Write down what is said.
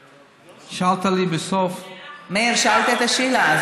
מאיר, שאלת את השאלה.